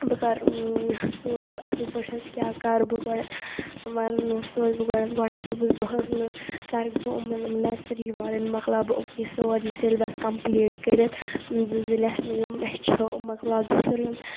بہٕ کَرٕ سونٛچہِ بہٕ اَصٕل پٲٹھ کیٛاہ کَرٕ بہٕ گۄڈتھ وَنہٕ سونٛچہِ بہٕ گۄڈتھ گۄڈتھ صُبحَس دۄہَس نہٕ کَرٕ بہٕ یِمَن نرسٔری والٮ۪ن مَکلاو بہٕ یِمنٕے سورُے سٮ۪لبَس کَمپٕلیٖٹ کٔرِتھ زٕ زٕ لٮ۪سن یِمہٕ چھِ یِم مَکلاوَکھ بہٕ سورُے یِم